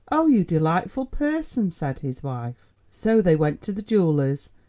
oh, you delightful person! said his wife. so they went to the jeweller's,